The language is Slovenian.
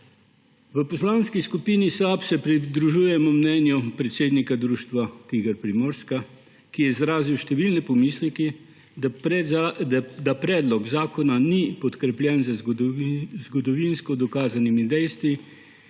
V Poslanski skupini SAB se pridružujemo mnenju predsednika društva TIGR Primorska, ki je izrazil številne pomisleke, da predlog zakona ni podkrepljen z zgodovinsko dokazanimi dejstvi